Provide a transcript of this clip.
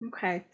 Okay